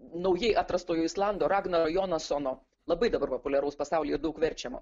naujai atrastojo islando ragnaro jonasono labai dabar populiaraus pasaulyje daug verčiama